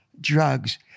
drugs